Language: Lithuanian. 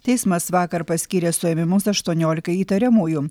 teismas vakar paskyrė suėmimus aštuoniolikai įtariamųjų